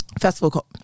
festival